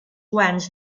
guanys